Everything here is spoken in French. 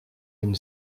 une